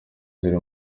ziri